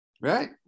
Right